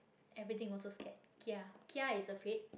everything also scared khia khia is afraid